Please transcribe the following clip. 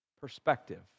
perspective